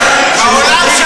כשאומרים את האמת, אני מבין.